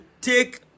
take